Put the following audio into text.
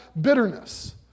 bitterness